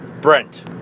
Brent